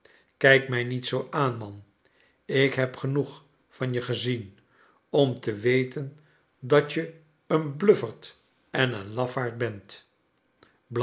kijk mij niet zoo aan man ik heb genoeg van je gezien om te we ten dat je een bluff ert en een lafaard bent